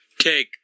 take